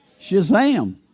Shazam